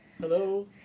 Hello